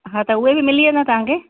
हा उहे बि मिली वेंदा तव्हांखे